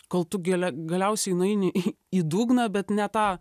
kol tu gilia galiausiai nueini į į dugną bet ne tą